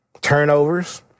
Turnovers